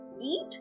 eat